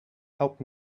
help